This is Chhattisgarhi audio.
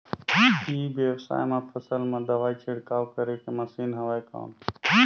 ई व्यवसाय म फसल मा दवाई छिड़काव करे के मशीन हवय कौन?